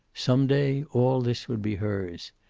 some day all this would be hers.